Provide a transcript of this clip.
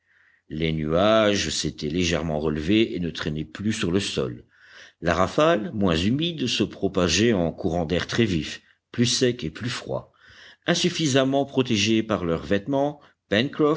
les nuages s'étaient légèrement relevés et ne traînaient plus sur le sol la rafale moins humide se propageait en courants d'air très vifs plus secs et plus froids insuffisamment protégés par leurs vêtements